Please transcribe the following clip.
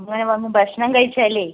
ഇങ്ങനെ വന്ന് ഭക്ഷണം കഴിച്ചതല്ലെ